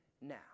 now